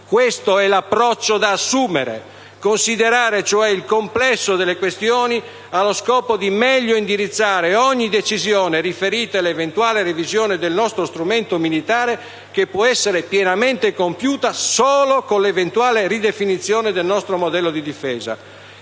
Questo è l'approccio da assumere: considerare cioè il complesso delle questioni allo scopo di meglio indirizzare ogni decisione riferita alla eventuale revisione del nostro strumento militare, che può essere pienamente compiuta solo con l'eventuale ridefinizione del nostro modello di difesa.